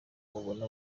ubona